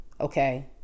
okay